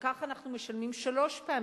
וכך אנחנו משלמים שלוש פעמים: